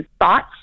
thoughts